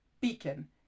beacon